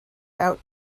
out